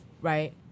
Right